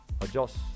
adjust